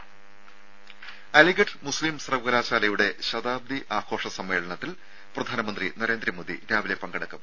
രും അലിഗഡ് മുസ്ലീം സർവ്വകലാശാലയുടെ ശതാബ്ദി ആഘോഷ സമ്മേളനത്തിൽ പ്രധാനമന്ത്രി നരേന്ദ്രമോദി രാവിലെ പങ്കെടുക്കും